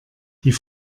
die